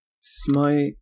Smite